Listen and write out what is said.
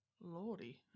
Lordy